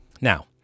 Now